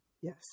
Yes